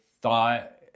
thought